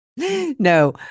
No